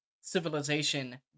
civilization